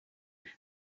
for